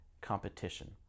competition